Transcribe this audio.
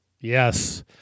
Yes